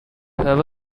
have